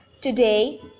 Today